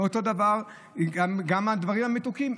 אותו דבר גם בדברים המתוקים.